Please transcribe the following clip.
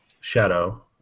shadow